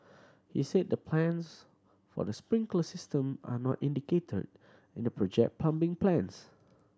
he said the plans for the sprinkler system are not indicated in the project plumbing plans